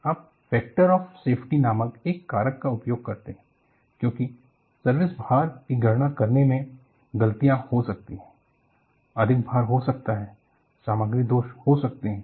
आप factor of safety नामक एक कारक का उपयोग करते हैं क्योंकि सर्विस भार की गणना करने में गलतियाँ हो सकती हैं अधिक भार हो सकता है सामग्री दोष हो सकते हैं